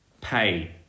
Pay